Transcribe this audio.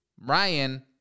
Ryan